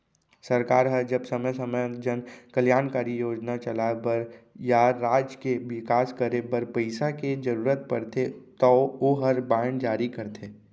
सरकार ह जब समे समे जन कल्यानकारी योजना चलाय बर या राज के बिकास करे बर पइसा के जरूरत परथे तौ ओहर बांड जारी करथे